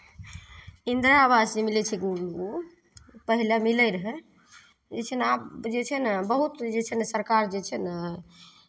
इन्दिरा आवास जे मिलै छै गाँव गाँव पहिले मिलैत रहै लेकिन आब जे छै ने बहुत जे छै ने सरकार जे छै ने